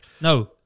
No